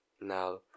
now